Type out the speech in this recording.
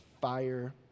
fire